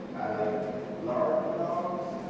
i like large dogs.